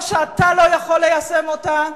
או שאתה לא יכול ליישם אותה,